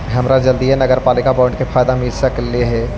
हमरा जल्दीए नगरपालिका बॉन्ड के फयदा मिल सकलई हे